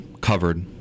covered